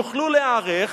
יוכלו להיערך,